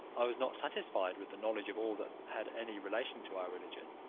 i was not satisfied with the knowledge of all that had any relation to our religion,